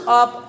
up